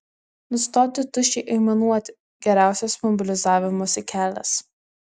nustoti tuščiai aimanuoti geriausias mobilizavimosi kelias